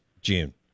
June